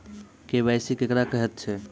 KYC केकरा कहैत छै?